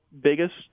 biggest